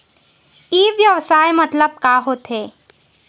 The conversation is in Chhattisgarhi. ई व्यवसाय मतलब का होथे?